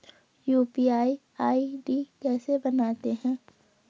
UPI ID कैसे बनाते हैं?